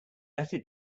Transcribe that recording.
letter